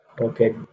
Okay